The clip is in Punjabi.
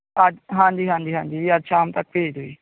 ਅੱਜ ਹਾਂਜੀ ਹਾਂਜੀ ਹਾਂਜੀ ਜੀ ਅੱਜ ਸ਼ਾਮ ਤੱਕ ਭੇਜ ਦਿਓ ਜੀ